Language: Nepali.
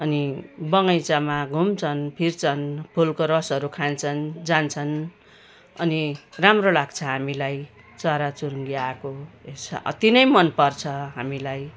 अनि बगैँचामा घुम्छन् फिर्छन् फुलको रसहरू खान्छन् जान्छन् अनि राम्रो लाग्छ हामीलाई चराचुरुङ्गी आएको यस अति नै मनपर्छ हामीलाई